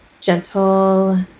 gentle